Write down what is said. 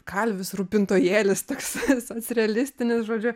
kalvis rūpintojėlis toks visas realistinis žodžiu